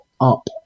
up